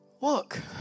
Look